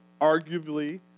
arguably